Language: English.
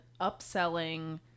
upselling